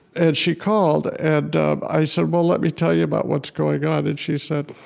and she called, and um i said, well, let me tell you about what's going on. and she said,